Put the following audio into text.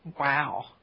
Wow